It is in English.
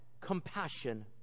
compassion